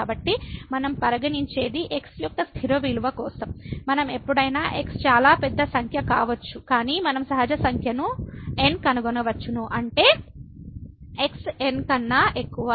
కాబట్టి మనం పరిగణించేది x యొక్క స్థిర విలువ కోసం మనం ఎప్పుడైనా x చాలా పెద్ద సంఖ్య కావచ్చు కాని మనం సహజ సంఖ్యను n కనుగొనవచ్చు అంటే | x | n కన్నా ఎక్కువ